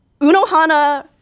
Unohana